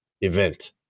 event